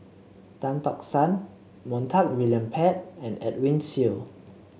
Tan Tock San Montague William Pett and Edwin Siew